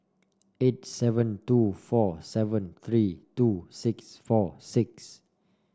eight seven two four seven three two six four six